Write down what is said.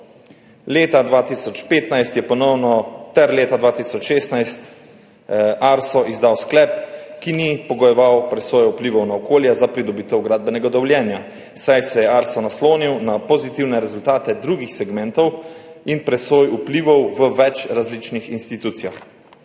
Leta 2015 ter leta 2016 je ARSO ponovno izdal sklep, ki ni pogojeval presoje vplivov na okolje za pridobitev gradbenega dovoljenja, saj se je ARSO naslonil na pozitivne rezultate drugih segmentov in presoj vplivov v več različnih institucijah.